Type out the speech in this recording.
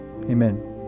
Amen